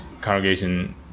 congregation